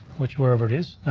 which wherever it is.